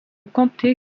comté